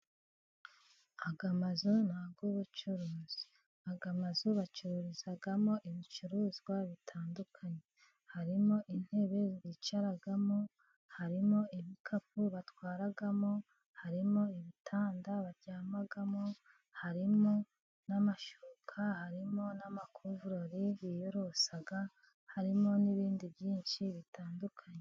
Aya mazu ni ay'ubucuruzi. Aya mazu bacururizamo ibicuruzwa bitandukanye, harimo intebe bicaramo, harimo ibikapu batwaramo, harimo ibitanda baryamamo, harimo n'amashuka, harimo n'amakuvurori biyorosa, harimo n'ibindi byinshi bitandukanye